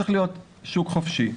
צריך להיות שוק חופשי.